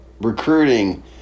recruiting